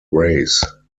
race